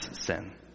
sin